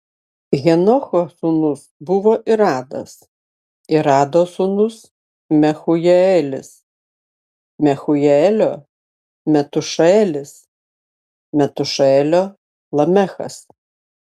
henocho sūnus buvo iradas irado sūnus mehujaelis mehujaelio metušaelis metušaelio lamechas